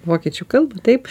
vokiečių kalbą taip